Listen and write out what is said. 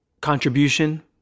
contribution